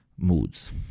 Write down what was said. moods